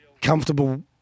comfortable